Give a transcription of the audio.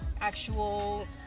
actual